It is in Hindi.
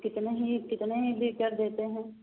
कितने ही कितने लीटर देते हैं